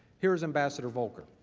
here's ambassador voelker.